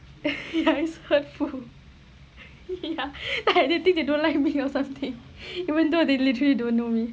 ya it's hurtful ya like they think they don't like me or something even though they literally don't know me